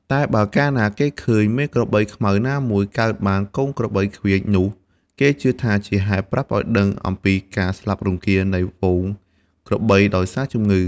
តែបើកាលណាគេឃើញមេក្របីខ្មៅណាមួយកើតបានកូនក្របីឃ្លៀចនោះ គេជឿថាជាហេតុប្រាប់ឱ្យដឹងអំពីការស្លាប់រង្គាលនៃហ្វូងក្របីដោយសារជំងឺ។